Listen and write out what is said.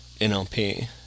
NLP